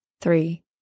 three